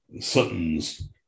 sutton's